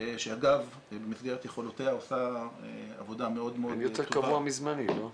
שאגב במסגרת יכולותיה עושה עבודה מאוד מאוד טובה.